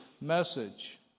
message